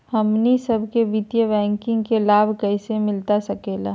हमनी सबके वित्तीय बैंकिंग के लाभ कैसे मिलता सके ला?